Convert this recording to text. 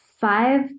five